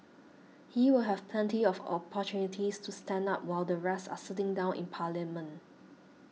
he will have plenty of opportunities to stand up while the rest are sitting down in parliament